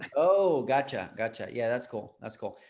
oh, gotcha. gotcha. yeah, that's cool. that's cool.